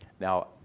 Now